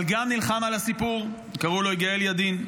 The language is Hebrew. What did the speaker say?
אבל גם נלחם על הסיפור, קראו לו יגאל ידין.